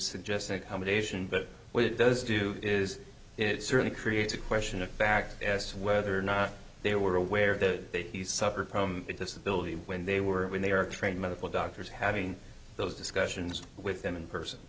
suggest an accommodation but what it does do is it certainly creates a question of fact as to whether or not they were aware that he suffered from a disability when they were when they are trained medical doctors having those discussions with them in person